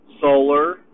solar